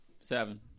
Seven